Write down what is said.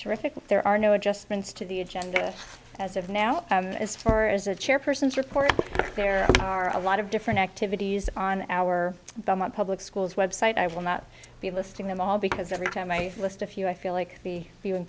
terrific there are no adjustments to the agenda as of now as far as the chairpersons report there are a lot of different activities on our public schools website i will not be listing them all because every time i list a few i feel like the viewing